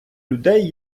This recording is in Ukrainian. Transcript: людей